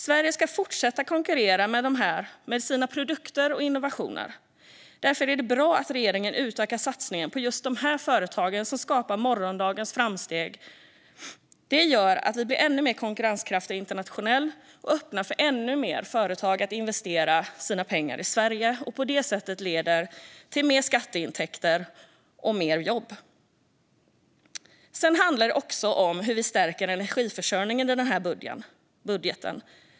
Sverige ska fortsätta att konkurrera med sina produkter och innovationer. Därför är det bra att regeringen utökar satsningen på just de företag som skapar morgondagens framsteg. Det gör att vi blir ännu mer konkurrenskraftiga internationellt och öppnar för ännu fler företag att investera sina pengar i Sverige, vilket leder till mer skatteintäkter och fler jobb. Sedan handlar det också om hur vi i budgeten stärker energiförsörjningen.